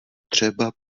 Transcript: třeba